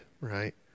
right